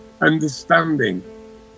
understanding